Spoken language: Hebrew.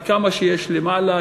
וכמה שיש למעלה,